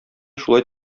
шулай